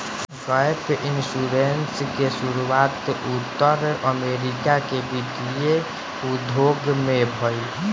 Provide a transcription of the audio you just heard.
gap insurance के शुरुआत उत्तर अमेरिका के वित्तीय उद्योग में भईल